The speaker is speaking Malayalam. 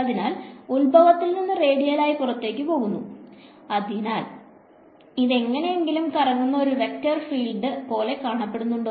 അതിനാൽ ഉത്ഭവത്തിൽ നിന്ന് റേഡിയലായി പുറത്തേക്ക് പോകുന്നു അതിനാൽ ഇത് എങ്ങനെയെങ്കിലും കറങ്ങുന്ന ഒരു വെക്റ്റർ ഫീൽഡ് പോലെ കാണപ്പെടുന്നുണ്ടോ